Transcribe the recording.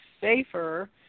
safer